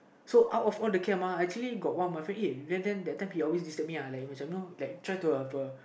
so out of all the camp uh actually got one my friend uh that time he always try to annoy me uh like like try to have a